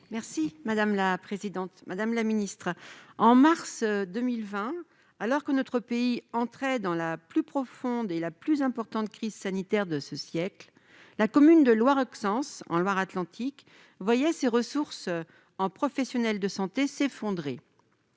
et de la santé. Madame la ministre, en mars 2020, alors que notre pays entrait dans la plus importante crise sanitaire de ce siècle, la commune de Loireauxence, en Loire-Atlantique, voyait ses ressources en professionnels de santé s'effondrer.